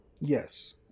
Yes